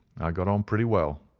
i got on pretty well.